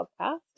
podcast